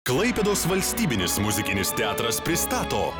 klaipėdos valstybinis muzikinis teatras pristato